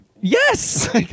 Yes